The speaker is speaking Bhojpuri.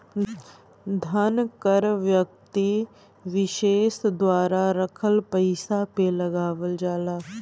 धन कर व्यक्ति विसेस द्वारा रखल पइसा पे लगावल जाला